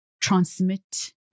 transmit